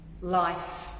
life